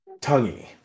tonguey